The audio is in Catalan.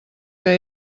que